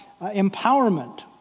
empowerment